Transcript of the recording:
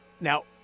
Now